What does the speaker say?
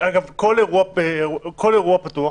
כל אירוע פתוח